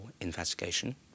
investigation